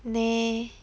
nah